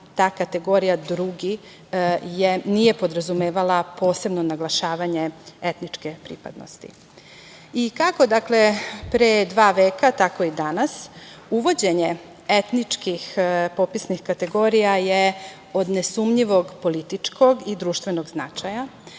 ta kategorija drugi, nije podrazumevala posebno naglašavanje etničke pripadnosti. Kako pre dva veka, tako i danas, uvođenje etničkih popisnih kategorija je od nesumnjivog političkog i društvenog značaja.